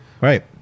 Right